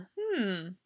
hmm